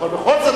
אבל בכל זאת,